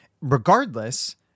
Regardless